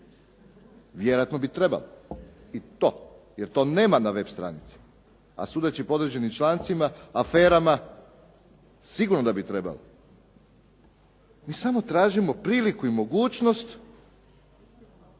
Vjerojatno bi trebali i to jer to nema na web stranici, a sudeći po određenim člancima, aferama, sigurno da bi trebalo. Mi samo tražimo priliku i mogućnost